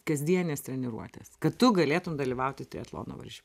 kasdienės treniruotės kad tu galėtum dalyvauti triatlono varžyb